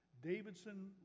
Davidson